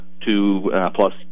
two-plus